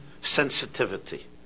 sensitivity